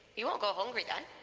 you won't go hungry then.